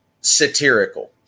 satirical